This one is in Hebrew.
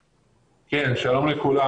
כן, שלום לכולם.